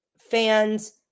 fans